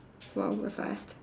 !wow! we are fast